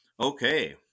Okay